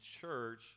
church